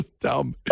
dumb